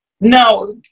No